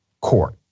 Court